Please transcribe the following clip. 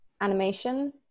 animation